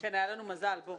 היה לנו מזל.